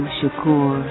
Shakur